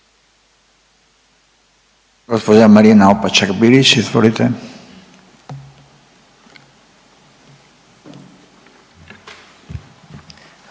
Hvala.